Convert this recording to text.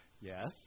Yes